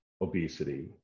obesity